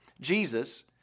Jesus